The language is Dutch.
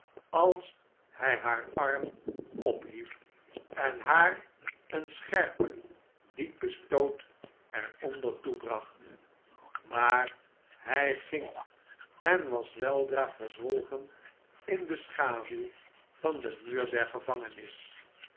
als hjj haar arm ophief en haar een scherpen diepen stoot er onder toebracht maar hy ging en was weldra verzwolgenin de schaduw van den muur der gevangenis